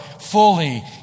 fully